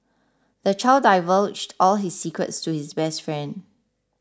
the child divulged all his secrets to his best friend